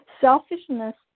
selfishness